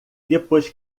depois